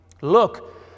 look